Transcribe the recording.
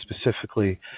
specifically